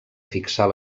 fixar